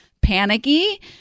panicky